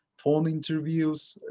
phone interviews.